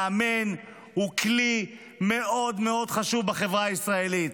מאמן הוא כלי חשוב מאוד מאוד בחברה הישראלית.